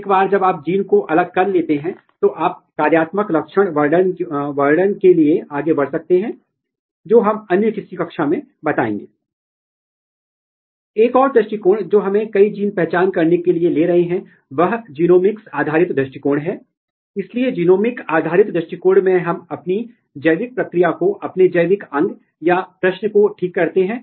इस मामले में आप क्या कर सकते हैं आप एक पुटेटिव बाइंडिंग साइट डीएनए तत्व ले सकते हैं जिसे आप एक छोटा प्रोब बना सकते हैं और फिर इस प्रोब को रेडियोधर्मी न्यूक्लियोटाइड के साथ लेबल किया जा सकता है और फिर आप अपने प्रोटीन के साथ मिलाते हैं और क्या होता है कि यदि यह तत्व आपके प्रोटीन के साथ बाध्यकारी है और यदि आप जेल रन करते हैं और बाध्यकारी का पता लगाते हैं तो आप एक बदलाव देख सकते हैं